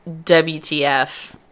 WTF